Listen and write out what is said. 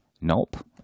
Nope